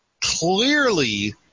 clearly